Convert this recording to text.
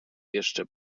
jeszcze